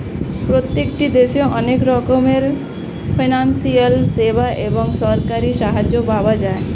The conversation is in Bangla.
প্রত্যেকটি দেশে অনেক রকমের ফিনান্সিয়াল সেবা এবং সরকারি সাহায্য পাওয়া যায়